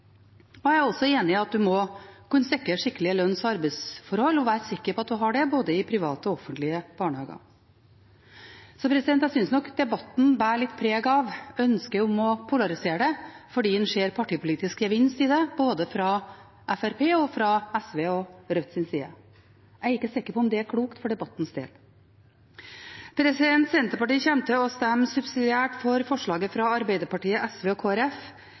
tilskuddene. Jeg er også enig i at man må kunne sikre skikkelige lønns- og arbeidsforhold og være sikker på at man har det både i private og i offentlige barnehager. Så jeg synes nok at debatten bærer litt preg av ønsket om å polarisere dette fordi en ser partipolitisk gevinst i det, både fra Fremskrittspartiets, fra SVs og fra Rødts side. Jeg er ikke sikker på om det er klokt for debattens del. Senterpartiet kommer til å stemme subsidiært for forslaget fra Arbeiderpartiet, SV og